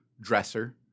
dresser